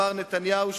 מר נתניהו,